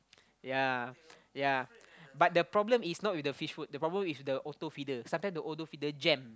ya ya but the problem is not with the fish food the problem is with the auto feeder sometimes the auto feeder jam